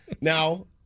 Now